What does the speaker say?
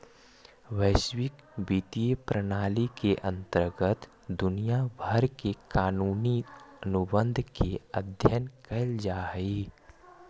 वैश्विक वित्तीय प्रणाली के अंतर्गत दुनिया भर के कानूनी अनुबंध के अध्ययन कैल जा हई